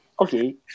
Okay